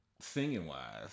singing-wise